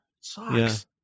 Sucks